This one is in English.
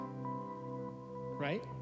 right